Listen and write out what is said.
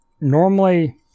Normally